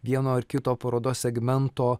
vieno ar kito parodos segmento